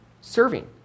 Serving